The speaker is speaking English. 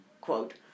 quote